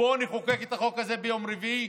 בואו נחוקק את החוק הזה ביום רביעי,